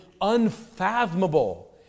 unfathomable